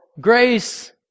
grace